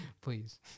please